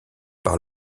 par